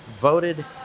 voted